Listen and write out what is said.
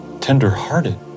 tender-hearted